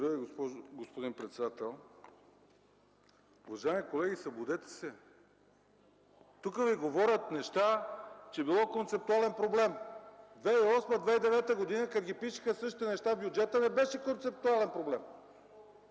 Ви, господин председател. Уважаеми колеги, събудете се! Тук Ви говорят, че било концептуален проблем. Две хиляди и осма и 2009 г., когато ги пишеха същите неща в бюджета, не беше концептуален проблем.